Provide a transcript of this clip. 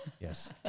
Yes